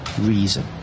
reason